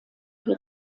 die